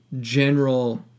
general